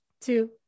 two